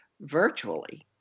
virtually